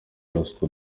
ruswa